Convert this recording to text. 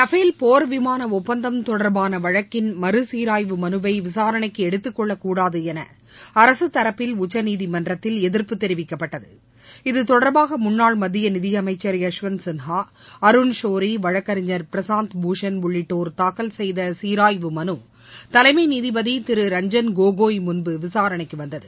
Rafale போர்விமான ஒப்பந்தம் தொடர்பான வழக்கின் மறுசீராய்வு மனுவை விசாரணைக்கு எடுத்துக்கொள்ளக்கூடாது என அரசுத்தரப்பில் உச்சநீதிமன்றத்தில் எதிர்ப்பு தெரிவிக்கப்பட்டது இத்தொடர்பாக முன்னாள் மத்திய நிதியமைச்சர் யஷ்வந்த் சின்ஹா அருண்சோரி வழக்கறிஞர் பிரசாந்த் பூஷண் உள்ளிட்டோர் தாக்கல் செய்த சீராய்வு மனு தலைமை நீதிபதி திரு ரஞ்சள் கோகாய் முன்பு விசாரணைக்கு வந்தது